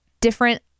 different